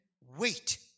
wait